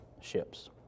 ships